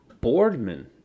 Boardman